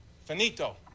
Finito